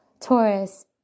Taurus